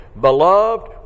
Beloved